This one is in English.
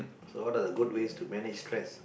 so what are the good ways to manage stress